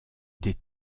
des